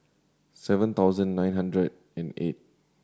seven thousand nine hundred and eight